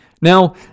Now